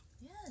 Yes